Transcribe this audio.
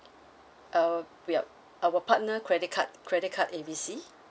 uh yup our partner credit card credit card A B C